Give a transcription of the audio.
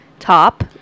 Top